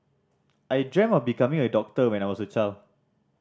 I dreamt of becoming a doctor when I was a child